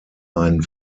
ein